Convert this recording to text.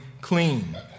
clean